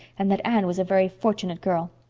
and that anne was a very fortunate girl.